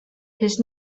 his